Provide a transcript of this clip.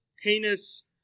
heinous